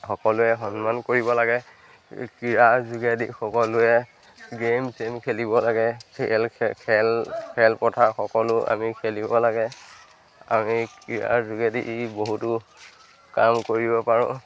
সকলোৱে সন্মান কৰিব লাগে ক্ৰীড়াৰ যোগেদি সকলোৱে গে'ম চেম খেলিব লাগে খেল খেল খেলপথাৰ সকলো আমি খেলিব লাগে আমি ক্ৰীড়াৰ যোগেদি ই বহুতো কাম কৰিব পাৰোঁ